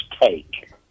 take